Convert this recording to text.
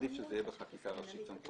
שנקבעו